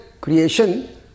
creation